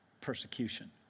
Persecution